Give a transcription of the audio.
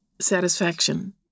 satisfaction